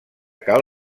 cal